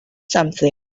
something